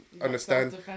Understand